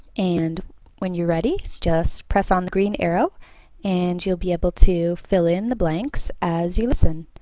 and when you're ready just press on the green arrow and you'll be able to fill in the blanks as you listen.